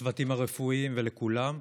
לצוותים הרפואיים ולכולם.